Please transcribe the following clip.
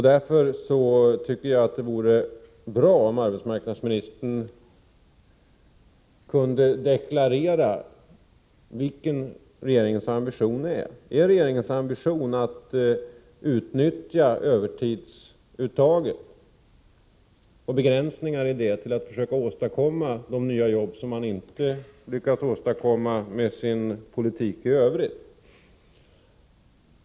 Därför tycker jag det vore bra om arbetsmarknadsministern kunde deklarera vilken regeringens ambition är. Är den att utnyttja övertidsuttaget och begränsningar i det till att försöka åstadkomma de nya jobb som man inte lyckats åstadkomma med sin politik i övrigt?